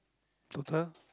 total